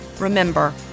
Remember